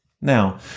Now